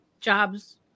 jobs